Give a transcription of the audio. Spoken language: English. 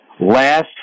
last